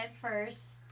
first